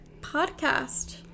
podcast